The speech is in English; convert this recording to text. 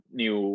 new